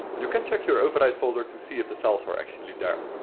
you can check your override folder to see if the files are actually there.